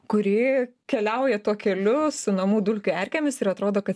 kuri keliauja tuo keliu su namų dulkių erkėmis ir atrodo kad